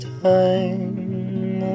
time